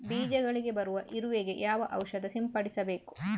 ಬೀಜಗಳಿಗೆ ಬರುವ ಇರುವೆ ಗೆ ಯಾವ ಔಷಧ ಸಿಂಪಡಿಸಬೇಕು?